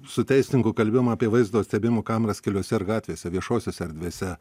su teisininku kalbėjom apie vaizdo stebėjimo kameras keliuose ir gatvėse viešosiose erdvėse